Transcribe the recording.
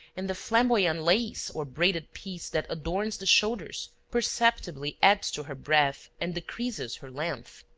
and the flamboyant lace or braided piece that adorns the shoulders, perceptibly adds to her breadth and decreases her length.